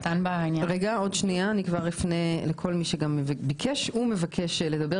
עוד שנייה, אני כבר אפנה לכל מי שביקש ומבקש לדבר.